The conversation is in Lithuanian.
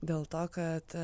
dėl to kad